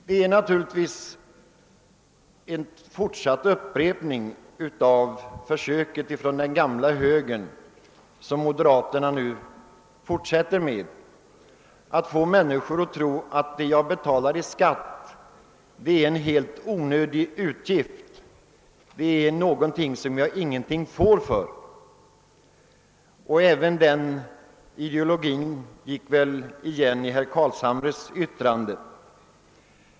Det är naturligtvis försöken från den gamla högerns sida som moderaterna nu fortsätter med, nämligen att få människor att tro att det jag betalar i skatt är en helt onödig utgift; det är någonting som jag ingenting får för. Den ideologin gick väl igen även i herr Carlshamres anförande.